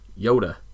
Yoda